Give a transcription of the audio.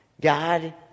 God